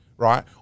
Right